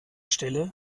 stelle